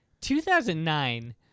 2009